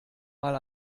mal